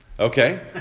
Okay